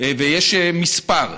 ויש מספר.